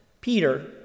Peter